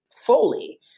fully